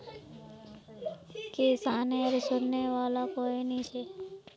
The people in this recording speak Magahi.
किसानेर सुनने वाला कोई नी छ